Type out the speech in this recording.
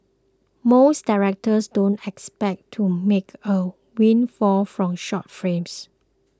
most directors don't expect to make a windfall from short frames